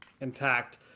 intact